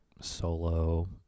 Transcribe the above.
solo